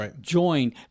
join